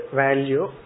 value